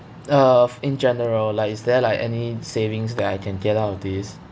uh in general like is there like any savings that I can get out of this